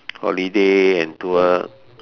holiday and tour